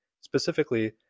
Specifically